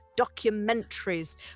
documentaries